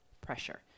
pressure